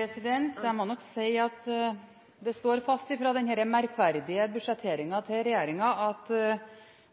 Jeg må nok si at det står fast fra denne merkverdige budsjetteringen til regjeringen at